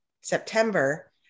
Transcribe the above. September